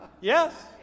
Yes